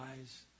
eyes